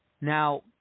Now